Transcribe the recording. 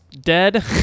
dead